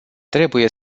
trebuie